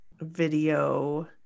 video